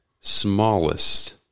smallest